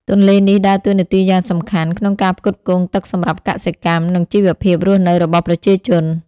ទន្លេនេះដើរតួនាទីយ៉ាងសំខាន់ក្នុងការផ្គត់ផ្គង់ទឹកសម្រាប់កសិកម្ម និងជីវភាពរស់នៅរបស់ប្រជាជន។